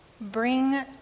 bring